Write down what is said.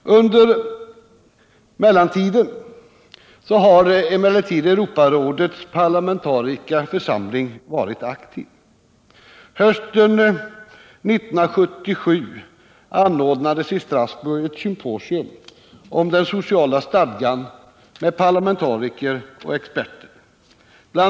Under mellantiden har dock Europarådets parlamentariska församling varit aktiv. Hösten 1977 anordnades i Strassbourg ett symposium om den sociala stadgan med parlamentariker och experter. Bl.